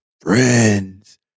friends